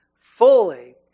fully